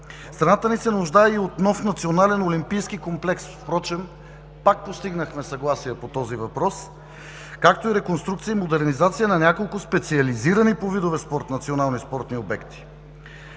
Страната ни се нуждае и от нов национален олимпийски комплекс, впрочем пак постигнахме съгласие по този въпрос, както и реконструкция и модернизация на няколко специализирани по видове спорт национални спортни обекти.